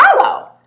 follow